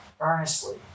earnestly